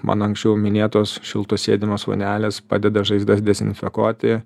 mano anksčiau minėtos šiltos sėdimos vonelės padeda žaizdas dezinfekuoti